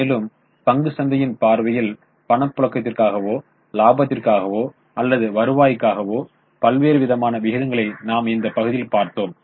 மேலும் பங்குச் சந்தையின் பார்வையில் பணப்புழக்கத்திற்காகவோ லாபத்திற்காகவோ அல்லது வருவாய்க்காகவோ பல்வேறு விதமான விகிதங்களை நாம் இந்த பகுதியில் பார்த்தோம்